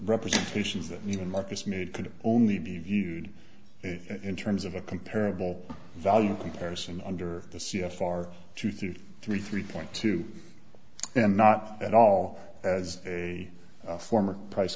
representations that even marcus made could only be viewed in terms of a comparable value comparison under the c f r two through three three point two and not at all as a former price